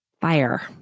fire